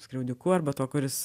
skriaudiku arba tuo kuris